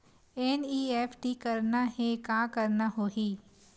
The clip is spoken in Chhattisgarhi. एन.ई.एफ.टी करना हे का करना होही?